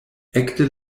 ekde